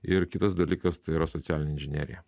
ir kitas dalykas tai yra socialinė inžinerija